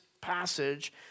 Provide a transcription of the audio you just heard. passage